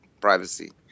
privacy